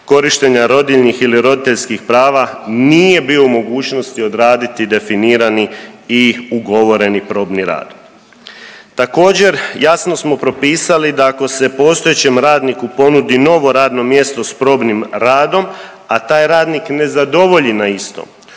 korištenja rodiljnih ili roditeljskih prava nije bio u mogućnosti odraditi definirani i ugovoreni probni rad. Također jasno smo propisali da ako se postojećem radniku ponudi novo radno mjesto s probni radnom, a taj radnik ne zadovolji na istom